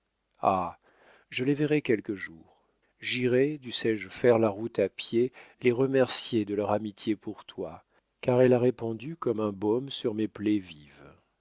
je les verrai quelque jour j'irai dussé-je faire la route à pied les remercier de leur amitié pour toi car elle a répandu comme un baume sur mes plaies vives